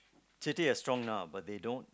so actually they are strong now but they don't